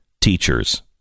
teachers